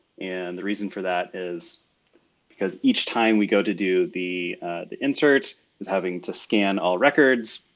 and the reason for that is because each time we go to do the the insert is having to scan all records.